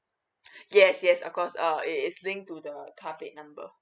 yes yes of course uh it is linked to the car plate number